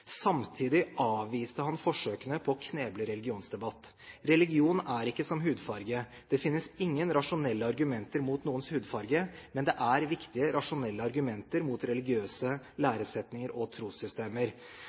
Samtidig avviste han forsøkene på å kneble religionsdebatt. Religion er ikke som hudfarge. Det finnes ingen rasjonelle argumenter mot noens hudfarge, men det er viktige, rasjonelle argumenter mot religiøse